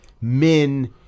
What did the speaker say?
men